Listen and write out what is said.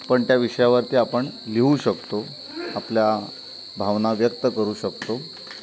पण त्या विषयावरती आपण लिहू शकतो आपल्या भावना व्यक्त करू शकतो